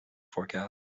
forecast